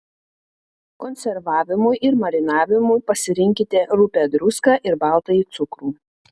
konservavimui ir marinavimui pasirinkite rupią druską ir baltąjį cukrų